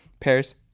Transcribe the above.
Pairs